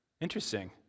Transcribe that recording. Interesting